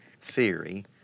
theory